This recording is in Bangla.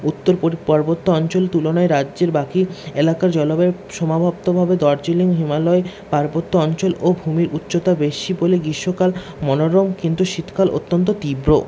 উত্তর পরি পর্বত্য অঞ্চল তুলনায় রাজ্যের বাকি এলাকার জলবায়ু সমাবর্তভাবে দার্জিলিং হিমালয় পার্বত্য অঞ্চল ও ভূমির উচ্চতা বেশি বলে গ্রীষ্মকাল মনোরম কিন্তু শীতকাল অত্যন্ত তীব্র